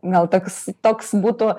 gal toks toks būtų